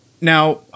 now